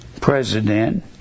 president